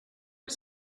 are